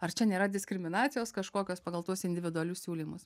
ar čia nėra diskriminacijos kažkokios pagal tuos individualius siūlymus